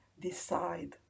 decide